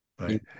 right